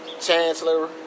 Chancellor